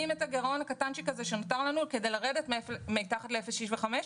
את הגירעון הקטן הזה שנותר לנו כדי לרדת מתחת ל-0.65%.